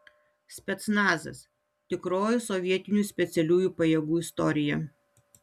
specnazas tikroji sovietinių specialiųjų pajėgų istorija